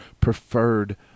preferred